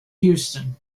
houston